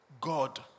God